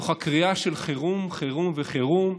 תוך הקריאה של חירום, חירום וחירום,